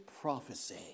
prophecy